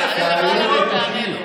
תעלה למעלה ותענה לו.